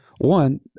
One